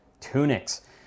tunics